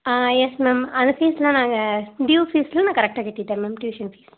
ஆ yes ma'am அந்த ஃபீஸெலாம் நாங்கள் டியூ ஃபீஸெலாம் நான் கரெக்டாக கட்டிவிட்டேன் மேம் டியூஷன் ஃபீஸ்